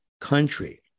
country